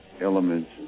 elements